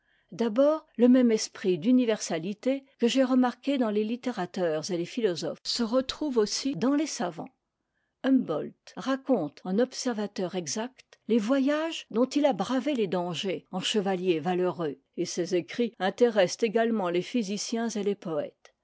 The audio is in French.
d'abord le même esprit d'universalité que j'ai remarqué dans les littérateurs et les philosophes se retrouve aussi dans les savants humboldt raconte en observateur exact les voyages dont il a bravé les dangers en chevalier valeureux et ses écrits intéressent également les physiciens et les poëtes